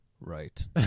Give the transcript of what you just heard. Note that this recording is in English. Right